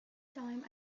time